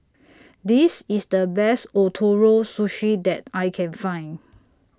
This IS The Best Ootoro Sushi that I Can Find